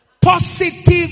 Positive